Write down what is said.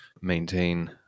maintain